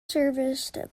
serviced